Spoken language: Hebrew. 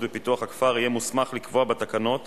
אנחנו ניגש להצבעה בקריאה ראשונה.